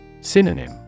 Synonym